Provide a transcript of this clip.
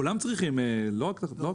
כולם צריכים אישור בשביל להביא גרעיני חיטה,